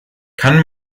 kann